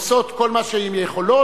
עושות כל מה שהן יכולות.